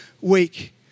week